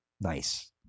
Nice